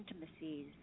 intimacies